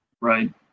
Right